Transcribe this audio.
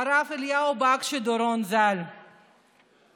הרב אליהו בקשי-דורון, זכרו לברכה.